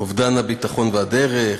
אובדן הביטחון והדרך,